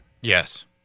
Yes